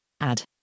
add